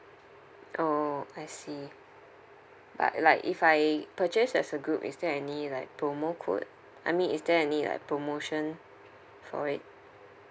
oh I see but like if I purchase as a group is there any like promo code I mean is there any like promotion for it